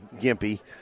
gimpy